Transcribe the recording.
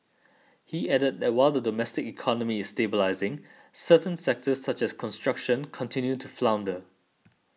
he added that while the domestic economy is stabilising certain sectors such as construction continue to flounder